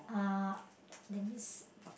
uh that means